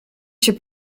się